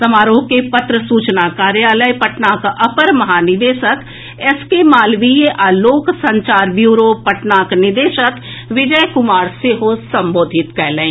समारोह के पत्र सूचना कार्यालय पटनाक अपर महानिदेशक एस के मालवीय आ लोक संचार ब्यूरो पटनाक निदेशक विजय कुमार सेहो संबोधित कयलनि